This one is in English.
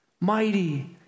mighty